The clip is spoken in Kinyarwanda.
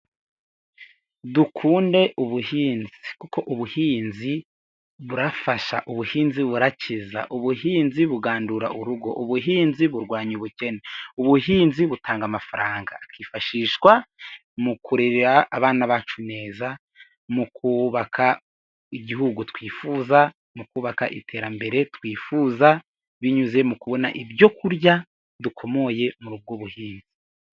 Dukunde ubuhinzi kuko ubuhinzi burafasha. Ubuhinzi burakiza. Ubuhinzi bugandura urugo. Ubuhinzi burwanya ubukene. Ubuhinzi butanga amafaranga akifashishwa mu kurera abana bacu neza, mu kubaka igihugu twifuza, mu kubaka iterambere twifuza binyuze mu kubona ibyo kurya dukomoye muri ubwo buhinzi.